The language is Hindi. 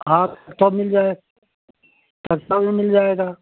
हाँ सब मिल जाए भी मिल जाएगा